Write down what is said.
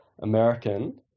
american